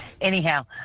anyhow